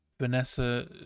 Vanessa